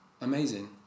amazing